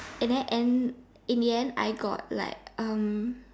and then end in the end I got like um